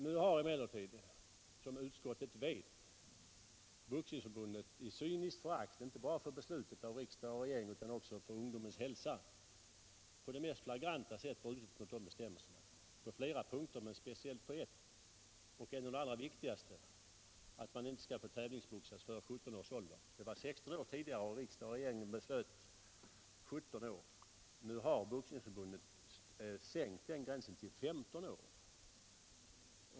Nu har emellertid, såsom utskottets ledamöter vet, Boxningsförbundet i cyniskt förakt, inte bara för beslutet av riksdag och regering, utan också för ungdomens hälsa, på det mest flagranta sätt brutit mot de bestämmelserna på flera punkter, men speciellt på en punkt, och därtill en av de viktigaste, nämligen att man inte skall få tävlingsboxas före 17 års ålder. Åldersgränsen var tidigare satt vid 16 år, men riksdagen och regeringen beslöt att höja den gränsen till 17 år. Nu har Boxningsförbundet sänkt den gränsen till 15 år.